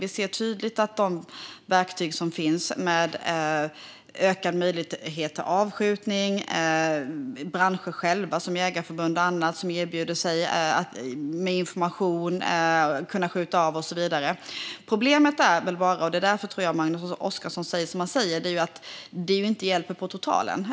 Det ser vi tydligt, med de verktyg som finns, till exempel ökad möjlighet till avskjutning och branscher själva, jägarförbund och andra, som erbjuder sig att skjuta av och så vidare. Problemet är bara - jag tror att det är därför Magnus Oscarsson säger så - att det inte hjälper på totalen.